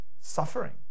suffering